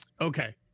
Okay